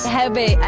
heavy